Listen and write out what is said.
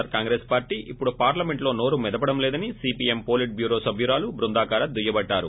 are Congress వార్టీ ఇప్పుడు పార్లమెంట్లో నోరు మెదపడం లేదని సీపీఎం పొలిట్బ్యూరో సభ్యురాలు బృందాకారత్ దుయ్యబట్టారు